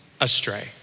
astray